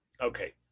okay